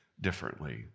differently